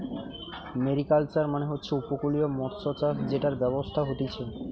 mariculture মানে হচ্ছে উপকূলীয় মৎস্যচাষ জেটার ব্যবসা হতিছে